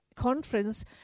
conference